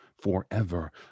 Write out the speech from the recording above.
forever